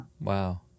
Wow